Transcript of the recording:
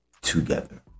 together